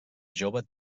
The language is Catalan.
jove